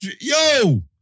Yo